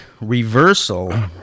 reversal